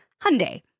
Hyundai